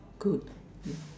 good if